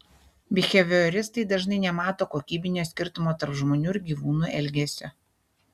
bihevioristai dažnai nemato kokybinio skirtumo tarp žmonių ir gyvūnų elgesio